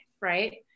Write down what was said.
Right